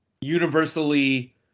universally